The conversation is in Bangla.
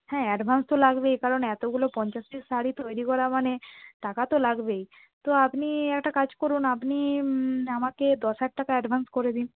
হ্যাঁ অ্যাডভান্স তো লাগবেই কারণ এতগুলো পঞ্চাশ পিস শাড়ি তৈরি করা মানে টাকা তো লাগবেই তো আপনি একটা কাজ করুন আপনি আমাকে দশ হাজার টাকা অ্যাডভান্স করে দিন